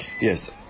Yes